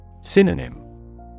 Synonym